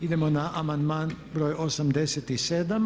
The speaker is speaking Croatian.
Idemo na amandman br. 87.